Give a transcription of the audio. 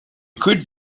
could